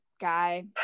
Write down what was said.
guy